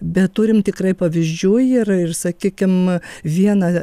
bet turim tikrai pavyzdžių ir ir sakykim viena